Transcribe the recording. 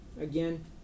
again